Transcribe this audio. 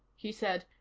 he said.